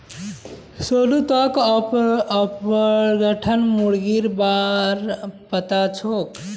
सोनू तोक ऑर्पिंगटन मुर्गीर बा र पता छोक